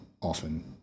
often